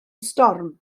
storm